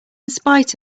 spite